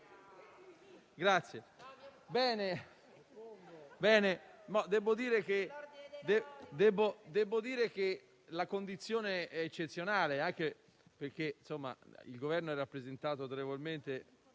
trepidante attesa. Devo dire che la condizione è eccezionale, anche perché il Governo è rappresentato autorevolmente